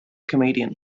comedian